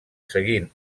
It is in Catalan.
seguint